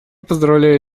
поздравляю